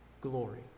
Glory